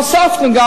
הוספנו גם,